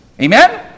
Amen